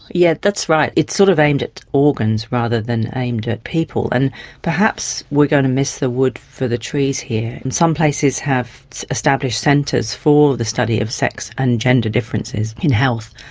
yes, that's right, it's sort of aimed at organs rather than aimed at people. and perhaps we are going to miss the wood for the trees here. some places have established centres for the study of sex and gender differences in health.